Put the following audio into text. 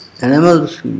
animals